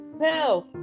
No